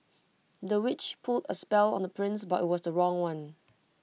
the witch put A spell on the prince but IT was the wrong one